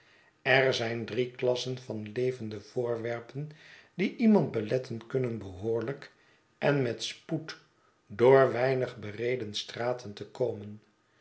er zijn drie klassen van levende voorwerpen die iemand beletten kunnen behoorlijk en met spoed door weinig bereden straten te komen